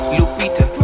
Lupita